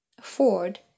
ford